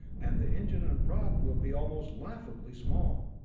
and the engine and prop will be almost laughably small.